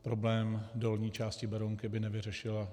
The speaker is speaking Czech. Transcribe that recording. Problém dolní části Berounky by nevyřešila.